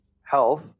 health